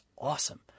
awesome